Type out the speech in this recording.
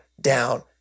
down